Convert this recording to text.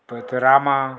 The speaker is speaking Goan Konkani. रामा